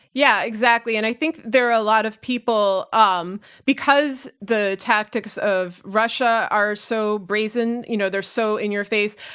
yeah exactly, and i think there are a lot of people um because the tactics of russia are so brazen, you know, they're so in your face,